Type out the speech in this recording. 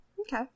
Okay